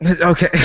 Okay